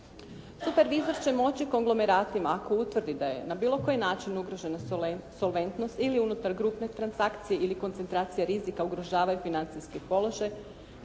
Supervizor će moći konglomeratima ako utvrdi da je na bilo koji način ugrožena solventnost ili unutar grupne transakcije ili koncentracije rizika ugrožavaju financijske položaje,